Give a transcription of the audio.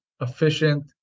efficient